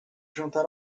juntar